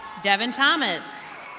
devon thomas.